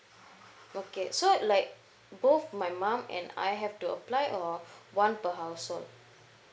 okay so like both my mum and I have to apply or one per household